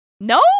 no